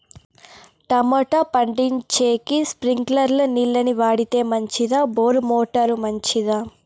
Tomato పండించేకి స్ప్రింక్లర్లు నీళ్ళ ని వాడితే మంచిదా బోరు మోటారు మంచిదా?